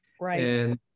Right